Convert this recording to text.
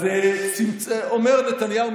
אומר נתניהו,